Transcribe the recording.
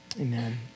amen